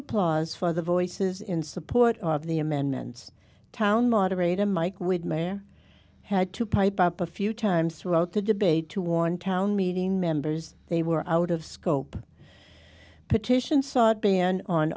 applause for the voices in support of the amendments town moderate a mike widmer had to pipe up a few times throughout the debate to warn town meeting members they were out of scope petition sought ban on